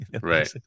right